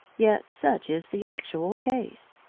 yet such is the actual case.